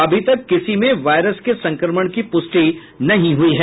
अभी तक किसी में वायरस संक्रमण की पुष्टि नहीं हुई है